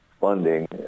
funding